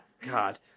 God